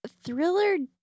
Thriller